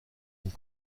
une